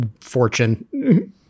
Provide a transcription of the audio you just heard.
fortune